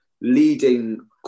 Leading